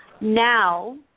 Now